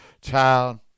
Child